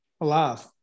alive